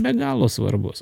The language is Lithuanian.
be galo svarbus